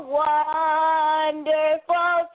wonderful